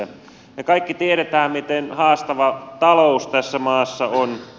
me kaikki tiedämme miten haastava talous tässä maassa on